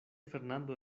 fernando